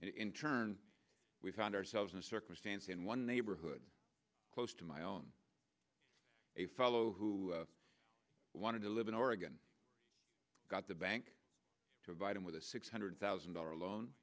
in turn we found ourselves in a circumstance in one neighborhood close to my own a fellow who wanted to live in oregon got the bank to invite him with a six hundred thousand dollar